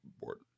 board